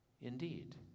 indeed